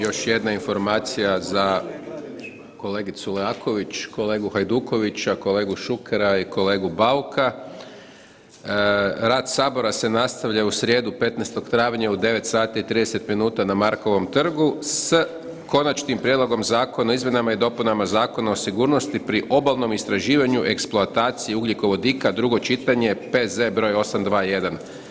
Još jedna informacija za kolegicu Leaković, kolegu Hajdukovića, kolegu Šukera i kolegu Bauka, rad Sabora se nastavlja u srijedu 15.travnja u 9,30 na Markovom trgu s Konačnim prijedlogom Zakona o izmjenama i dopunama Zakona o sigurnosti pri obalnom istraživanju, eksploataciji ugljikovodika, drugo čitanje, P.Z. br. 821.